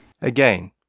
Again